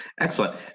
Excellent